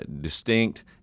distinct